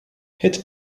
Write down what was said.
hit